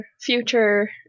Future